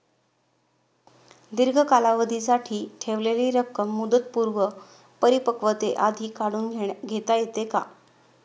दीर्घ कालावधीसाठी ठेवलेली रक्कम मुदतपूर्व परिपक्वतेआधी काढून घेता येते का?